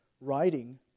writing